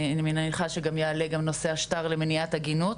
ואני מניחה שגם יעלה נושא השטר למניעת עגינות.